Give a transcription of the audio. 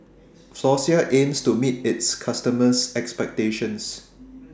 Floxia aims to meet its customers' expectations